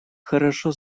хорошо